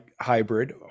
hybrid